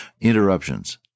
interruptions